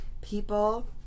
people